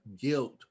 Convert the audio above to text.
guilt